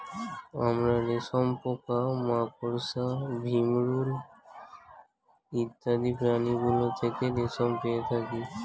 আমরা রেশম পোকা, মাকড়সা, ভিমরূল ইত্যাদি প্রাণীগুলো থেকে রেশম পেয়ে থাকি